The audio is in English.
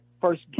first